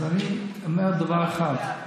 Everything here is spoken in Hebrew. נכון, אז אני אומר דבר אחד: